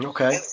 Okay